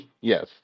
Yes